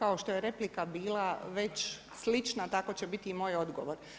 Kao što je replika bila već slična, tako će biti i moj odgovor.